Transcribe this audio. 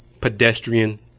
pedestrian